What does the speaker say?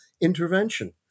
intervention